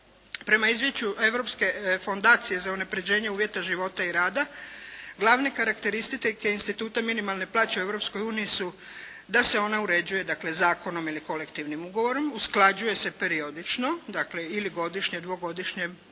Prema izvješću Europske fondacije za unapređenje uvjeta života i rada glavne karakteristike instituta minimalne plaće u Europskoj uniji su da se ona uređuje zakonom ili kolektivnim ugovorom, usklađuje se periodično, dakle ili godišnje, dvogodišnje,